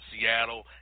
Seattle